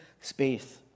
space